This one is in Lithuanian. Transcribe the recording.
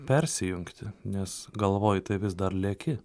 persijungti nes galvoj tai vis dar leki